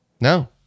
No